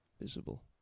visible